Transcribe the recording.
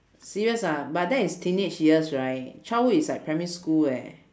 serious ah but that is teenage years right childhood is like primary school eh